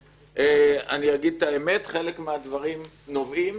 אני אגיד את האמת: חלק מהדברים נובעים